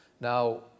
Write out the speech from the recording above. Now